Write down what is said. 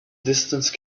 distance